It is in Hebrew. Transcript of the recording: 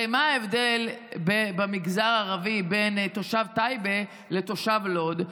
הרי מה ההבדל במגזר הערבי בין תושב טייבה לתושב לוד?